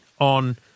on